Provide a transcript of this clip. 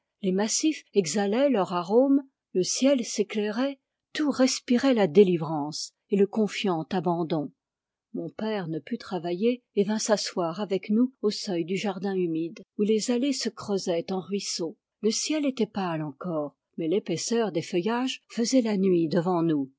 les massifs exhalaient leur arome le ciel s'éclairait tout respirait la délivrance et le confiant abandon mon père ne put travailler et vint s'asseoir avec nous au seuil du jardin humide où les allées se creusaient en ruisseaux le ciel était pâle encore mais l'épaisseur des feuillages faisait la nuit devant nous